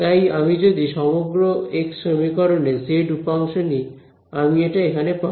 তাই আমি যদি সমগ্র এক্স সমীকরণের জেড উপাংশ নিই আমি এটা এখানে পাব